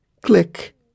Click